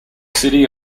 city